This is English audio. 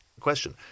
question